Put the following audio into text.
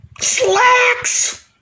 Slacks